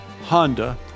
Honda